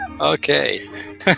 okay